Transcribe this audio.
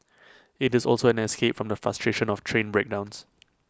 IT is also an escape from the frustration of train breakdowns